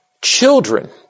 Children